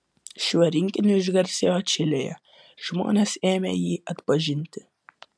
šiuo rinkiniu išgarsėjo čilėje žmonės ėmė jį atpažinti